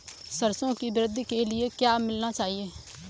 सरसों की वृद्धि के लिए क्या मिलाना चाहिए?